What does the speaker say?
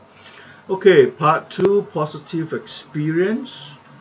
okay part two positive experience